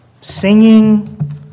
singing